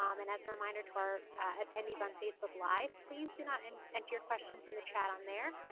um and as a reminder to our attendees on facebook live, please do not and enter your questions in the chat on there.